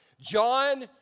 John